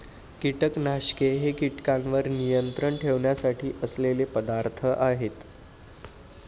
कीटकनाशके हे कीटकांवर नियंत्रण ठेवण्यासाठी असलेले पदार्थ आहेत